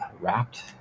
wrapped